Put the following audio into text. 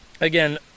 again